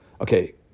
Okay